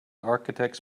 architects